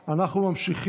נגד,